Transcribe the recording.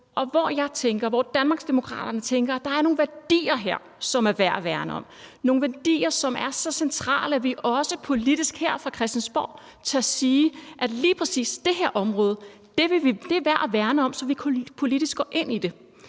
om, hvor jeg tænker, og hvor Danmarksdemokraterne tænker at der er nogle værdier, som det er værd at værne om – nogle værdier, som er så centrale, at vi også politisk her fra Christiansborg tør sige, at lige præcis dét her område er det værd at værne om, så vi politisk går ind i det.